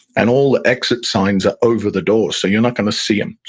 and all the exit signs are over the doors, so you're not going to see them.